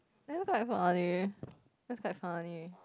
also quite funny that's quite funny